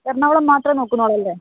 എറണാകുളം മാത്രം നോക്കുന്നോള്ളൂല്ലേ